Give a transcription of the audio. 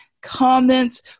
comments